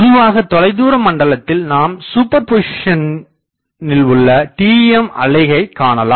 பொதுவாகத் தொலைதூரமண்டலத்தில் நாம் சூப்பர்பொசிஷனில்உள்ள TEM அலையைக் காணலாம்